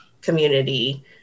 community